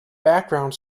background